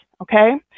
Okay